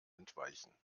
entweichen